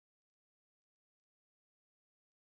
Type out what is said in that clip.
oh and I have a white sheep as well